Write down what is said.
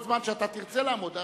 כל זמן שאתה תרצה לעמוד.